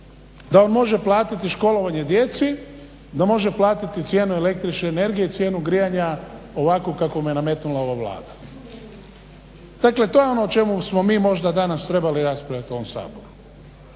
da on može platiti školovanje djeci, da može platiti cijenu električne energije, cijenu grijanja ovako kako mu je nametnula ova Vlada. Dakle to je ono o čemu smo mi možda danas trebali raspravljat u ovom Saboru